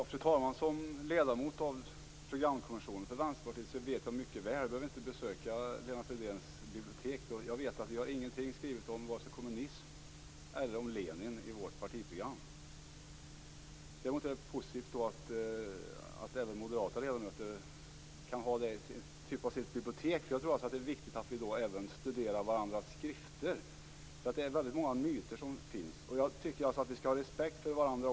Fru talman! Som ledamot av Vänsterpartiets programkommission behöver jag inte besöka Lennart Fridéns bibliotek. Jag vet mycket väl att vi inte har någonting skrivet vare sig om kommunism eller om Lenin i vårt partiprogram. Däremot är det positivt att även moderata ledamöter har det i sitt bibliotek. Jag tror att det är viktigt att vi även studerar varandras skrifter. Det finns väldigt många myter. Jag tycker att vi skall ha respekt för varandra.